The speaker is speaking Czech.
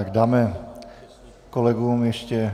Dáme kolegům ještě...